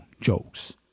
jokes